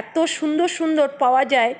এত সুন্দর সুন্দর পাওয়া যায়